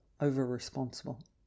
over-responsible